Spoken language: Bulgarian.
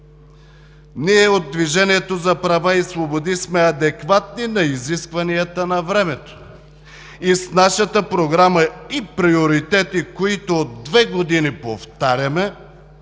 Ние от „Движението за права и свободи“ сме адекватни на изискванията на времето и с нашата програма и приоритети, които две години повтаряме,